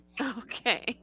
Okay